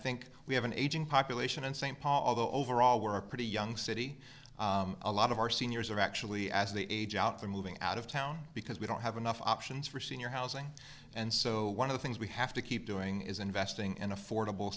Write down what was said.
think we have an aging population in st paul the overall were a pretty young city a lot of our seniors are actually as they age out they're moving out of town because we don't have enough options for senior housing and so one of the things we have to keep doing is investing in affordable